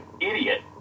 idiot